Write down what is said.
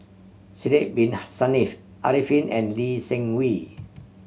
Sidek Bin Saniff Arifin and Lee Seng Wee